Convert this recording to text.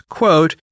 quote